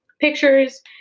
pictures